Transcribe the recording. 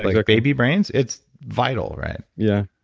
like baby brains? it's vital, right? yeah,